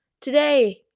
Today